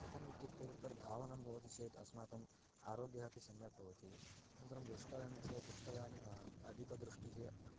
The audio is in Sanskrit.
कथम् इत्युक्ते तत्र धावनं भवति चेत् अस्माकम् आरोग्यः अपि सम्यक् भवति अनन्तरं द्रष्टव्यं चेत् द्रष्टव्यानि अधिका दृष्टिः